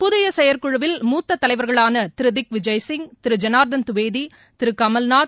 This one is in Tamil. புதிய செயற்குழுவில் மூத்த தலைவர்களான திரு திக்விஜய் சிங் திரு ஜனார்தன் துவிவேதி திரு கமல்நூத்